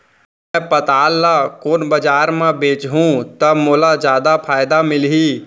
मैं पताल ल कोन बजार म बेचहुँ त मोला जादा फायदा मिलही?